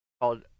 called